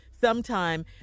sometime